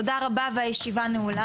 תודה רבה והישיבה נעולה,